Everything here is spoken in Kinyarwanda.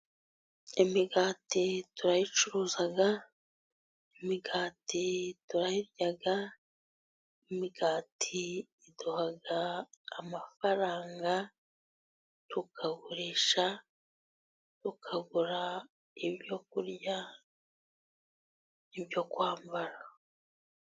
Imigati turayicuruza, imigati turayirya, imigati iduha amafaranga, tukagurisha, tukagura ibyo kurya n'ibyo kwambara.